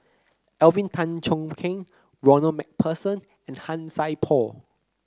Alvin Tan Cheong Kheng Ronald MacPherson and Han Sai Por